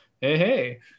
hey